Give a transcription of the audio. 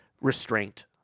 restraint